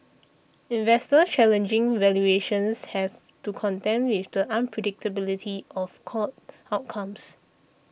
investors challenging valuations have to contend with the unpredictability of court outcomes